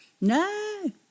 No